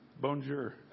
Bonjour